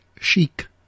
chic